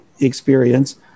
experience